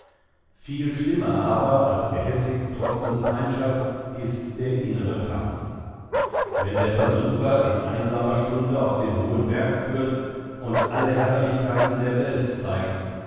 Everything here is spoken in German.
viel schlimmer aber als gehässigst trotzende feindschaft ist der innere kampf wenn der versucher in einsamer stunde auf den hohen berg führt und alle herrlichkeiten der welt zeigt